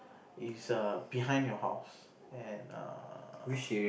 is err behind your house and err